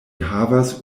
havas